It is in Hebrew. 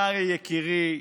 קרעי יקירי,